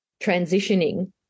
transitioning